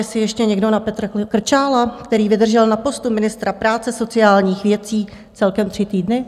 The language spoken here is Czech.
Pamatuje si ještě někdo na Petra Krčála, který vydržel na postu ministra práce sociálních věcí celkem tři týdny?